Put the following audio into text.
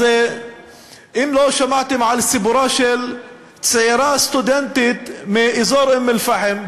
אם לא שמעתם על סיפורה של צעירה סטודנטית מאזור אום-אלפחם,